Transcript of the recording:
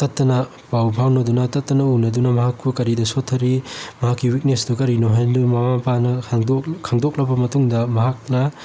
ꯇꯠꯇꯅ ꯄꯥꯎ ꯐꯥꯎꯗꯨꯅ ꯇꯠꯇꯅ ꯎꯅꯗꯨꯅ ꯃꯍꯥꯛꯄꯨ ꯀꯔꯤꯗ ꯁꯣꯊꯔꯤ ꯃꯍꯥꯛꯀꯤ ꯋꯤꯛꯅꯦꯁꯇꯨ ꯀꯔꯤꯅꯣ ꯍꯥꯏꯗꯨ ꯃꯃꯥ ꯃꯄꯥꯅ ꯈꯪꯗꯣꯛꯂꯕ ꯃꯇꯨꯡꯗ ꯃꯍꯥꯛꯅ